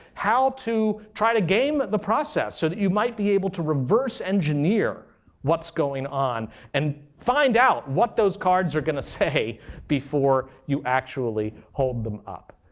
how to try to game the process so that you might be able to reverse engineer what's going on and find out what those cards are going to say before you actually hold them up.